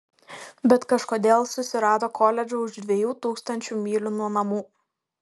bet kažkodėl susirado koledžą už dviejų tūkstančių mylių nuo namų